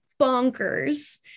bonkers